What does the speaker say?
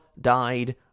died